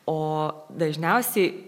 o dažniausiai